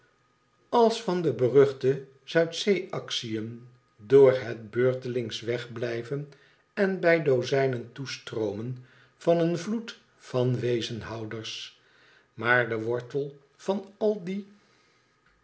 als van de beruchte zuidzeeactiën door het beurtelings wegblijven en bij dozijnen toestroomen van een vloed van weezenhouders maar de wortel van al die